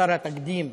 חסר התקדים,